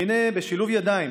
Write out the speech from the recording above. והינה, בשילוב ידיים